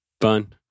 Fun